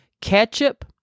ketchup